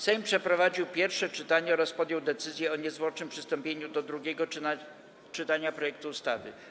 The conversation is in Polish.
Sejm przeprowadził pierwsze czytanie oraz podjął decyzję o niezwłocznym przystąpieniu do drugiego czytania projektu ustawy.